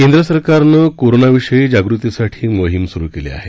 केंद्र सरकारनं कोरोनाविषयी जागृतीसाठी मोहीम सुरु केली आहे